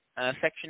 section